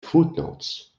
footnotes